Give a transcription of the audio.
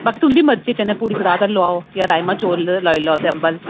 ते तुंदी मर्जी पूड़ी कड़ाह् लोआओ जां राजमाह् चोल अम्बल